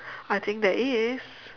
I think there is